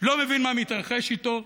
לא מבין מה מתרחש איתו,